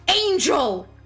angel